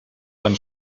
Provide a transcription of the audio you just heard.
quan